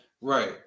Right